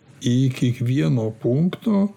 į kiekvieno punkto